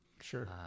Sure